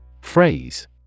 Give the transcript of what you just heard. Phrase